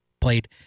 played